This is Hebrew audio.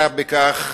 היה בכך